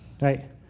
right